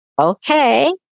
Okay